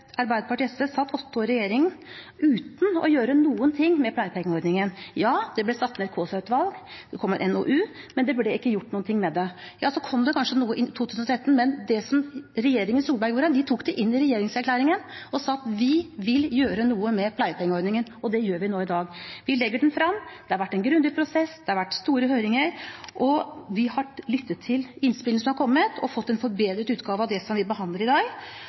Arbeiderpartiet og SV satt åtte år i regjering uten å gjøre noen ting med pleiepengeordningen. Ja, det ble satt ned et Kaasa-utvalg, det kom en NOU, men det ble ikke gjort noen ting med det. Så kom det kanskje noe i 2013. Men det som regjeringen Solberg gjorde, var å ta det inn i regjeringserklæringen og si at vi ville gjøre noe med pleiepengeordningen, og det gjør vi nå i dag. Vi legger den fram. Det har vært en grundig prosess, det har vært store høringer, og vi har lyttet til innspillene som har kommet, og fått en forbedret utgave av det som vi behandler i dag.